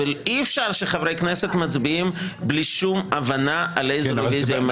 ואי-אפשר שחברי כנסת יצביעו בלי שום הבנה על איזה רוויזיה הם מצביעים.